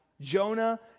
Jonah